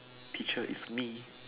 teacher is me